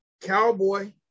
Cowboy